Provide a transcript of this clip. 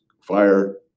fire